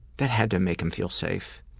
that had to make him feel safe.